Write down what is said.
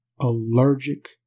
Allergic